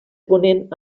ponent